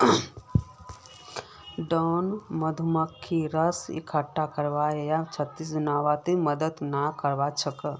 drone मधुमक्खी रस इक्कठा करवा या छत्ता बनव्वात मदद नइ कर छेक